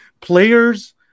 Players